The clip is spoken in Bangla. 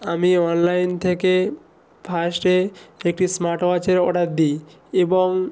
আমি অনলাইন থেকে ফাস্টে একটি স্মার্ট ওয়াচের অর্ডার দিই এবং